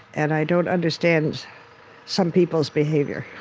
and i don't understand some people's behavior